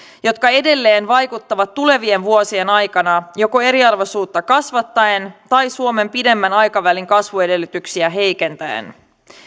jotka edelleen vaikuttavat tulevien vuosien aikana joko eriarvoisuutta kasvattaen tai suomen pidemmän aikavälin kasvuedellytyksiä heikentäen